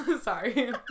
Sorry